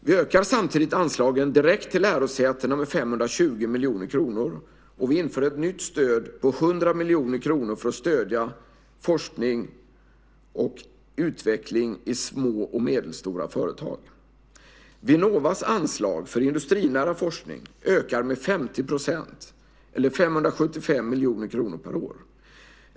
Vi ökar samtidigt anslagen direkt till lärosätena med 520 miljoner kronor, och vi inför ett nytt stöd på 100 miljoner kronor för att stödja forskning och utveckling i små och medelstora företag. Vinnovas anslag för industrinära forskning ökar med 50 %, eller 575 miljoner kronor per år.